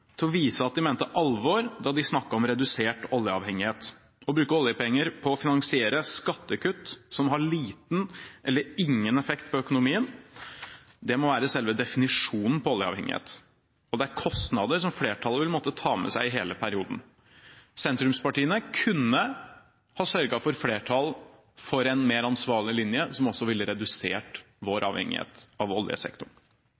til å vise at de mente alvor da de snakket om redusert oljeavhengighet. Det å bruke oljepenger på å finansiere skattekutt som har liten, eller ingen, effekt på økonomien, må være selve definisjonen på oljeavhengighet, og det er kostnader som flertallet vil måtte ta med seg hele perioden. Sentrumspartiene kunne ha sørget for flertall for en mer ansvarlig linje som også ville redusert vår